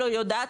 לא יודעת,